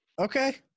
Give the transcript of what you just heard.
Okay